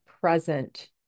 present